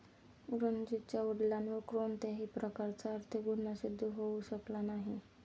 रणजीतच्या वडिलांवर कोणत्याही प्रकारचा आर्थिक गुन्हा सिद्ध होऊ शकला नाही